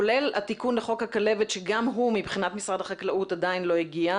כולל התיקון לחוק הכלבת שגם הוא מבחינת משרד החקלאות עדיין לא הגיע.